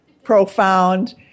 profound